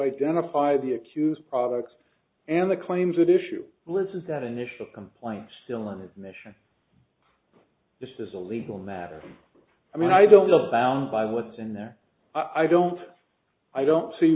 identify the accused products and the claims that issue lists is that initial complaint still an admission this is a legal matter i mean i don't know found by what's in there i don't i don't see